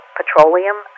petroleum